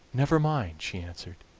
never mind, she answered,